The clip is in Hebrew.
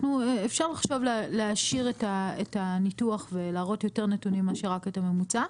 אפשר לחשוב להשאיר את הניתוח ולהראות יותר נתונים מאשר רק את הממוצע.